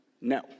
No